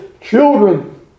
children